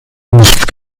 nicht